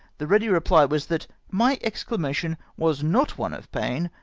the ready reply was that my ex clamation was not one of pain,